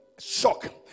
shock